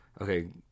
Okay